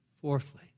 Fourthly